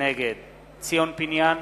נגד ציון פיניאן,